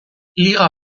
liga